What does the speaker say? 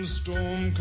storm